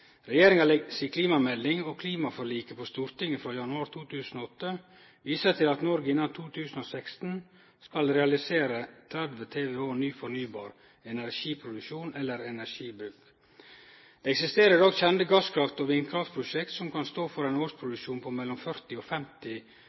Regjeringa si klimamelding og klimaforliket på Stortinget frå januar 2008 viser til at Noreg innan 2016 skal realisere 30 TWh ny fornybar energiproduksjon eller energibruk. Det eksisterer i dag kjende gasskraft- og vindkraftprosjekt som kan stå for ein årsproduksjon på mellom 40 og 50